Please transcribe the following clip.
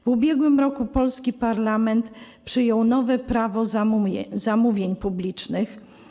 W ubiegłym roku polski parlament przyjął nowe Prawo zamówień publicznych.